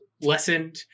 lessened